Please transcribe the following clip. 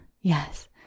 yes